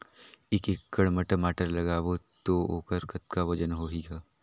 एक एकड़ म टमाटर लगाबो तो ओकर कतका वजन होही ग?